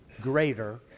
greater